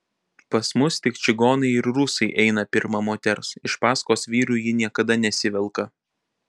pas mus tik čigonai ir rusai eina pirma moters iš paskos vyrui ji niekada nesivelka